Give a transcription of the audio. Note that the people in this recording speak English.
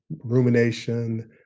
rumination